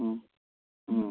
ꯎꯝ ꯎꯝ